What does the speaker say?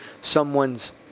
someone's